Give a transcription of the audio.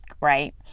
right